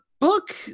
book